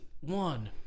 one